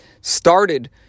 started